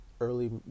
early